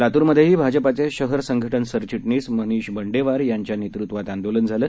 लातूरमधेही भाजपाचे शहर संघटन सरचिटणीस मनिष बंडेवार यांच्या नेतृत्वात आंदोलन झालं